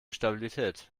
stabilität